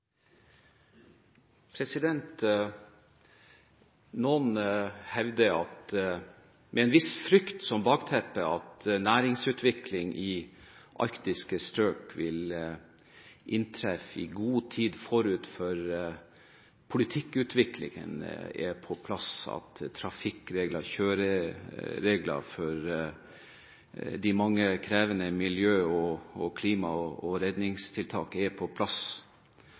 Noen hevder – med en viss frykt som bakteppe – at næringsutviklingen i arktiske strøk vil inntreffe i god tid før politikkutviklingen er på plass, at trafikkregler og kjøreregler for de mange krevende miljø-, klima- og redningstiltakene er på plass.